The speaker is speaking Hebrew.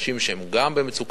אנשים שהם במצוקה,